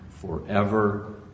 forever